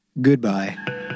Goodbye